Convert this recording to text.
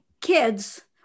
kids